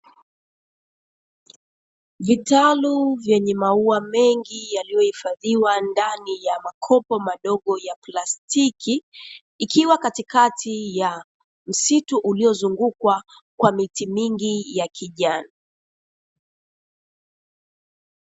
Vitalu vyenye maua mengi yaliyohifadhiwa ndani ya makopo madogo ya plastiki, ikiwa katikati ya msitu uliozungukwa kwa miti mingi ya kijani.